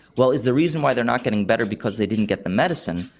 well, is the reason why they are not getting better because they didn't get the medicine,